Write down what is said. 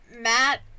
Matt